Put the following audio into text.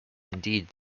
indeed